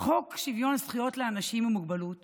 חוק שוויון זכויות לאנשים עם מוגבלות